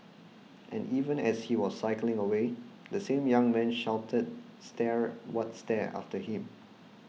and even as he was cycling away the same young man shouted stare what stare after him